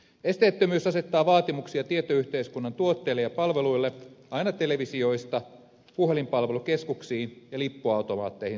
esteettömyys asettaa vaatimuksia tietoyhteiskunnan tuotteille ja palveluille aina televisioista puhelinpalvelukeskuksiin ja lippuautomaatteihin saakka